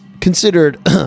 considered